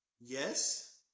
Yes